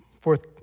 fourth